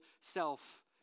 self